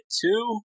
two